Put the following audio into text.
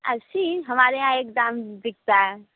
ऐसी ही हमारे यहाँ एक दाम बिकता है